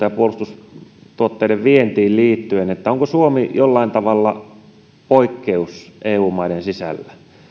ja puolustustuotteiden vientiin liittyen onko suomi jollain tavalla poikkeus eu maiden sisällä